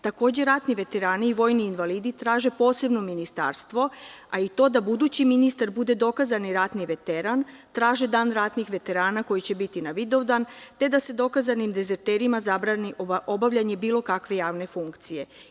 Takođe, ratni veterani i vojni invalidi traže posebno ministarstvo, a i to da budući ministar bude dokazani ratni veteran, traže dan ratnih veterana koji će biti na Vidovdan, te da se dokazanim dezerterima zabrani obavljanje bilo kakve javne funkcije.